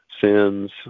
sins